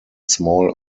small